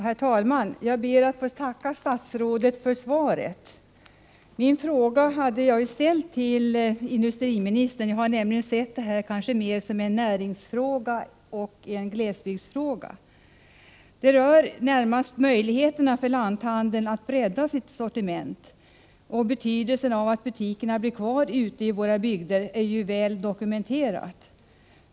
Herr talman! Jag ber att få tacka statsrådet för svaret. Jag hade ställt min fråga till industriministern, eftersom jag har sett det här mera som en näringsfråga och en glesbygdsfråga. Den rör närmast möjligheterna för lanthandeln att bredda sitt sortiment. Betydelsen av att butikerna blir kvar i våra bygder är väl dokumenterad.